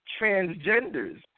transgenders